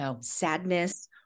sadness